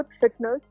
fitness